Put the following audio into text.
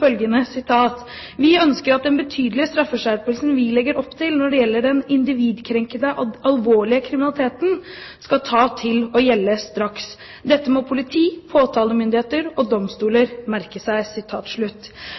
følgende: «Vi ønsker at den betydelige straffeskjerpelsen vi legger opp til når det gjelder den individkrenkende alvorlige kriminaliteten, skal ta til å gjelde straks. Dette må politi, påtalemyndigheter og domstoler